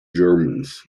germans